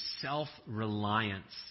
self-reliance